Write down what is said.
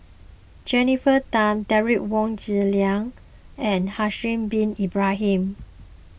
Jennifer Tham Derek Wong Zi Liang and Haslir Bin Ibrahim